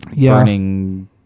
burning